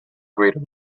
greater